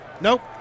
Nope